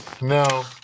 No